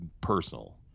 personal